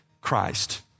Christ